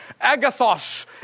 Agathos